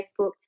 Facebook